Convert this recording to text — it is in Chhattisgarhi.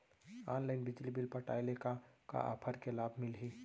ऑनलाइन बिजली बिल पटाय ले का का ऑफ़र के लाभ मिलही?